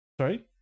Sorry